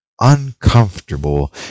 uncomfortable